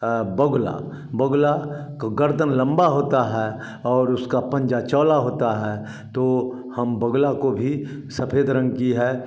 बगुला बगुला का गर्दन लंबा होता है और उसका पंजा चौड़ा होता है तो हम बगुला को भी सफेद रंग की है